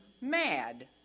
mad